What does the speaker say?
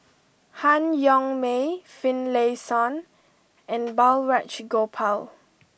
Han Yong May Finlayson and Balraj Gopal